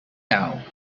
now